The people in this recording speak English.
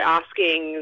asking